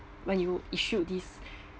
when you issued this